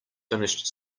finished